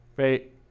right